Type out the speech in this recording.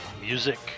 music